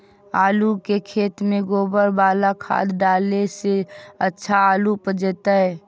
आलु के खेत में गोबर बाला खाद डाले से अच्छा आलु उपजतै?